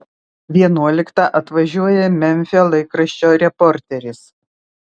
vienuoliktą atvažiuoja memfio laikraščio reporteris